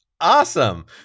Awesome